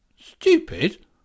Stupid